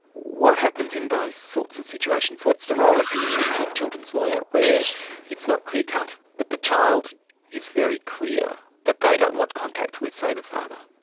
what happens in those sorts of situations, what's the role of the independent children's lawyer where it's not clear-cut but the child is very clear that they don't want contact with, say, the father?